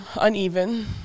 uneven